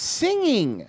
singing